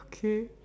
okay